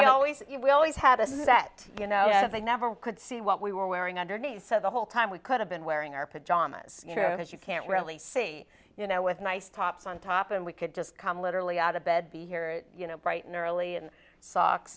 i always we always had a sense that you know they never could see what we were wearing underneath so the whole time we could have been wearing our pajamas as you can't really see you know with nice tops on top and we could just come literally out of bed to hear you know bright and early and socks